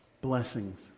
blessings